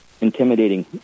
intimidating